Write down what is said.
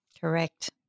Correct